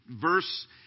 verse